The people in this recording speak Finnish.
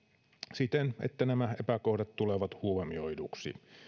siten että nämä epäkohdat tulevat huomioiduiksi